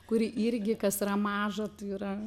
kuri irgi kas yra maža tai yra